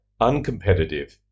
uncompetitive